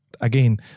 Again